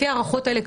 לפי ההערכות האלה,